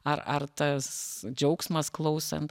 ar ar tas džiaugsmas klausant